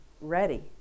ready